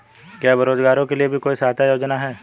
क्या बेरोजगारों के लिए भी कोई सहायता योजना है?